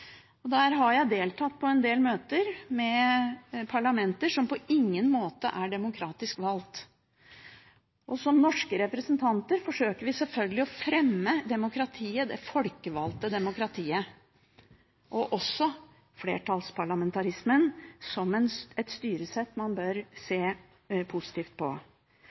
Der har jeg deltatt på en del møter med parlamenter som på ingen måte er demokratisk valgt. Som norske representanter forsøker vi selvfølgelig å fremme demokratiet – det folkevalgte demokratiet – og flertallsparlamentarismen som et styresett man bør se positivt på.